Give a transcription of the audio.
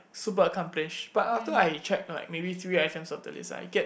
super accomplished but after I check like maybe three items of the list I get